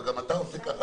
וגם אתה עושה ככה,